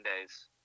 days